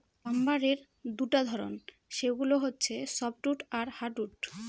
লাম্বারের দুটা ধরন, সেগুলো হচ্ছে সফ্টউড আর হার্ডউড